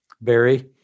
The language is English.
Barry